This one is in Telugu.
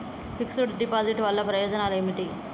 ఫిక్స్ డ్ డిపాజిట్ వల్ల ప్రయోజనాలు ఏమిటి?